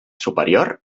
superior